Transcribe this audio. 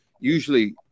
usually